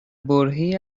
برههای